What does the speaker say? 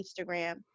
instagram